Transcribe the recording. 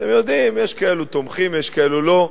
אתם יודעים שיש כאלה שתומכים ויש כאלה שלא,